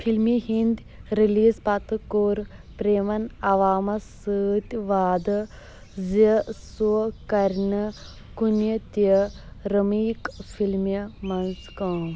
فلمہِ ہِنٛدۍ رلیز پتہٕ کوٚر پریمن عوامس سۭتۍ وعدٕ زِ سُہ کر نہٕ کُنہِ تہِ رمیک فلمہِ منٛز کٲم